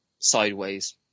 Sideways